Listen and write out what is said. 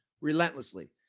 relentlessly